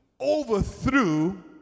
overthrew